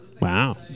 Wow